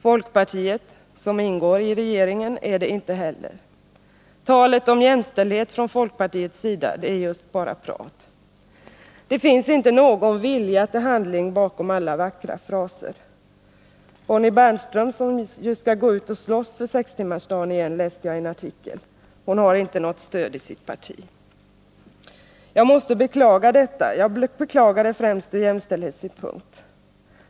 Folkpartiet, som ingår i regeringen, är det inte heller. Talet om jämställdhet från folkpartiets sida är just bara prat. Det finns inte någon vilja till handling bakom alla vackra fraser. Bonnie Bernström, som just skall gå ut och slåss för sextimmarsdagen igen — läste jag i en artikel har inte något stöd i sitt parti. Jag måste beklaga detta — främst ur jämställdhetssynpunkt.